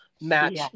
match